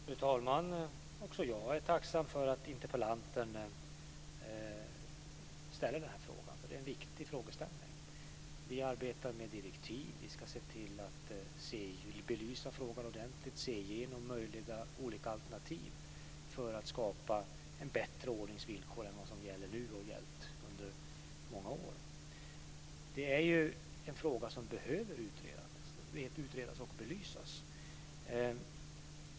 Fru talman! Också jag är tacksam för att interpellanten ställer den här frågan. Det är en viktig frågeställning. Vi arbetar med direktiv. Vi ska se till att belysa frågan ordentligt och se igenom olika möjliga alternativ för att skapa en bättre en bättre ordning och bättre villkor än vad som gäller nu och har gällt under många år. Det här är en fråga som behöver utredas och belysas.